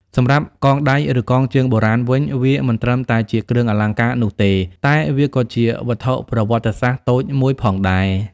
សម្រាប់ កងដៃ ឬកងជើងបុរាណ វិញ វាមិនត្រឹមតែជាគ្រឿងអលង្ការនោះទេ តែវាក៏ជា វត្ថុប្រវត្តិសាស្ត្រ តូចមួយផងដែរ។